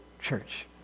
church